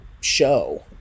show